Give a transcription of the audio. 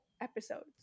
episodes